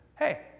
hey